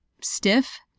stiff